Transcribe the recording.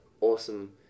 awesome